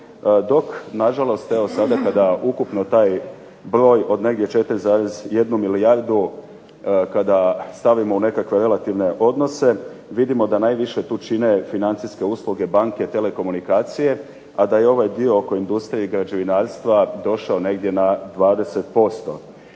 dok nažalost evo sada kada ukupno taj broj od negdje 4,1 milijardu kada stavimo u nekakve relativne odnose vidimo da najviše tu čine financijske usluge, banke, telekomunikacije, a da je ovaj dio oko industrije i građevinarstva došao negdje na 20%.